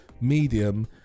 medium